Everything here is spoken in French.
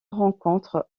rencontre